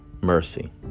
mercy